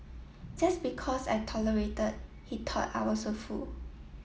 just because I tolerated he thought I was a fool